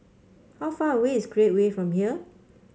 how far away is Create Way from here